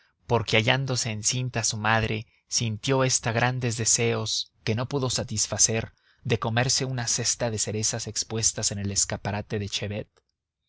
acaso como dicen porque hallándose encinta su madre sintió ésta grandes deseos que no pudo satisfacer de comerse una cesta de cerezas expuestas en el escaparate de chevet